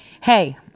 hey